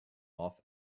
off